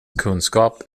kunskap